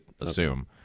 assume